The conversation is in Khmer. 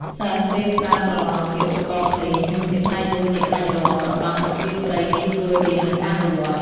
សិស្សរៀនប្រើត្រឡោកជាឧបករណ៍ភ្លេង និងជាផ្នែកមួយនៃក្បាច់រាំ របាំប្រជាប្រិយងាយស្រួលរៀន និងអនុវត្ត។